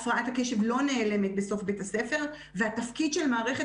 הפרעת הקשב לא נעלמת בסוף בית הספר והתפקיד של מערכת